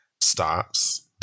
Stops